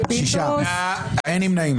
אין נמנעים.